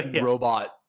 robot